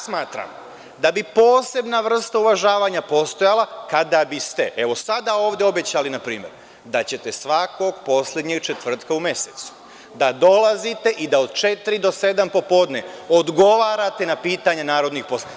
Smatram da bi posebna vrsta uvažavanja postojala kada biste evo sada ovde obećali npr. da ćete svakog poslednjeg četvrtka u mesecu da dolazite i da od četiri do sedam popodne odgovarate na pitanja narodnih poslanika.